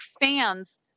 fans